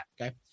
Okay